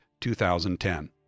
2010